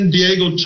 Diego